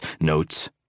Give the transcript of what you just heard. notes